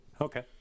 Okay